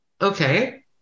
Okay